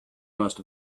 most